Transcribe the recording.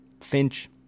Finch